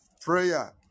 prayer